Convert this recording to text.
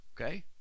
Okay